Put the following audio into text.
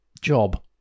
job